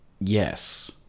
Yes